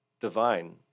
divine